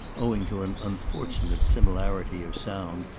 owing to an unfortunate similarity of sound,